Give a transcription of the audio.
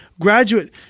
Graduate